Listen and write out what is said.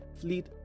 fleet